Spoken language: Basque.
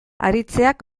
aritzeak